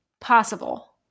possible